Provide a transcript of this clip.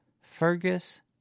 Fergus